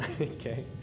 okay